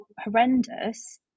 horrendous